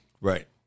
Right